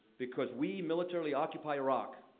because we militarily occupy iraq.